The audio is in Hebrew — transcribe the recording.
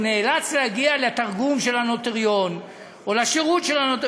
הוא נאלץ להגיע לתרגום של הנוטריון או לשירות שלו,